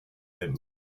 him